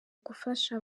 gufasha